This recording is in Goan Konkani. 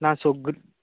ना सोग्